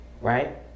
right